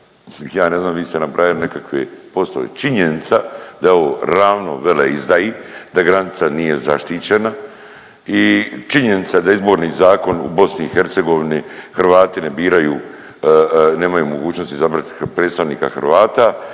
ja ne znam vi ste nabrajali nekakve, postoji činjenica da je ovo ravno veleizdaji, da granica nije zaštićena i činjenica je da Izborni zakon u BiH Hrvati ne biraju, nemaju mogućnosti izabrat predstavnika Hrvata,